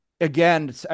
again